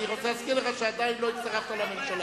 אני רוצה להזכיר לך שעדיין לא הצטרפת לממשלה.